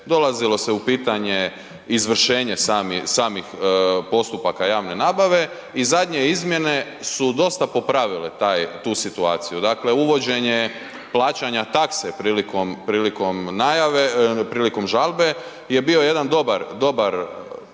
dolazilo se u pitanje izvršenje samih postupaka javne nabave i zadnje izmjene su dosta popravile tu situaciju. Dakle uvođenje plaćanja takse prilikom žalbe je bio jedan dobar potez